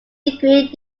degree